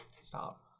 Stop